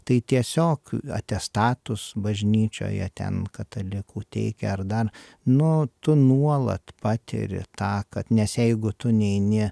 tai tiesiog atestatus bažnyčioje ten katalikų teikė ar dar nu to nuolat patiri tą kad nes jeigu tu neini